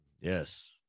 yes